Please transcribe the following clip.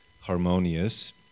harmonious